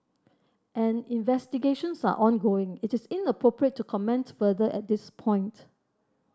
as investigations are ongoing it is inappropriate to comment further at this point